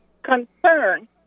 concern